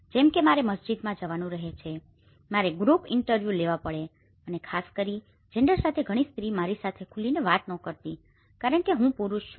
જેમ કે મારે મસ્જિદોમાં જવાનું રહે છે મારે ગ્રુપ ઇન્ટરવ્યુ લેવા પડે અને ખાસ કરીને જેન્ડર સાથે ઘણી સ્ત્રીઓ મારી સાથે ખુલી ને વાત કરતી નથી કારણ કે હું પુરુષ છું